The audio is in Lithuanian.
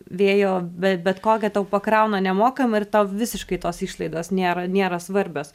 vėjo bet bet kokią tau pakrauna nemokamai ir tau visiškai tos išlaidos nėra nėra svarbios